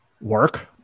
work